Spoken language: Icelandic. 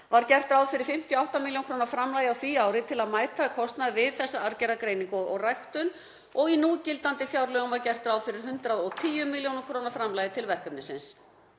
var gert ráð fyrir 58 millj. kr. framlagi á því ári til að mæta kostnaði við arfgerðargreiningar og ræktun og í núgildandi fjárlögum var gert ráð fyrir 110 millj. kr. framlagi til verkefnisins.